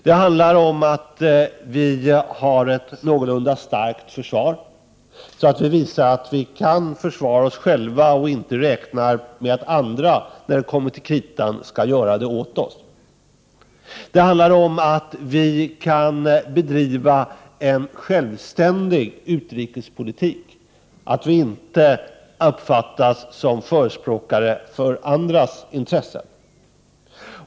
Det handlar om att vi har ett någorlunda starkt försvar, så att vi visar att vi kan försvara oss själva och inte räknar med att andra, när det kommer till kritan, skall göra det åt oss. Det handlar om att vi kan bedriva en självständig utrikespolitik, att vi inte uppfattas som förespråkare för andras intressen.